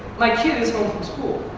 my kid is home from school.